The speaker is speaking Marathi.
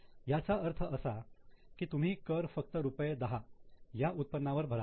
याचा अर्थ असा की तुम्ही कर फक्त रुपये 10 या उत्पन्नावर भराल